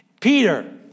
Peter